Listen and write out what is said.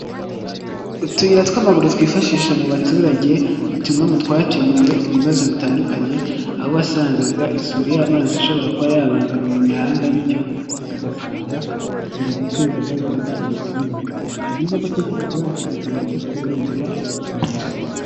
Utuyira tw'amaguru twifashisha mu baturage ni tumwe mu twakemuye ibibazo bitandukanye, aho wasangaga isuri y'amazi ishobora kuba yabangamira imihanda bityo ugasanga biri guteza ingaruka mbi ku baturage. Ni byiza ko twese dusobanukirwa akamaro ko kurengera utu tuyira.